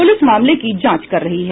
police मामले की जांच कर रही है